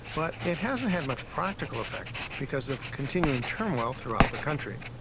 but it hasn't had much practical effect because of continuing turmoil throughout the country.